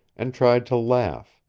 and tried to laugh.